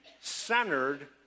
centered